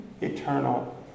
eternal